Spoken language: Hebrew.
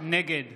נגד